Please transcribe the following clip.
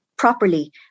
properly